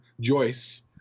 Joyce